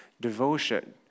Devotion